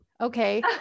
okay